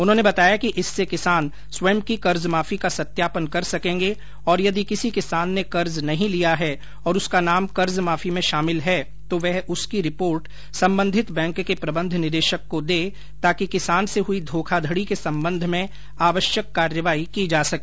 उन्होंने बताया कि इससे किसान स्वयं की कर्जमाफी का सत्यापन कर सकेंगे और यदि किसी किसान ने कर्ज नहीं लिया है और उसका नाम कर्जमाफी में शामिल है तो वह उसकी रिपोर्ट संबंधित बैंक के प्रबंध निदेशक को दे ताकि किसान से हुई धोखाधड़ी के संबंध में यथोचित कार्यवाही की जा सके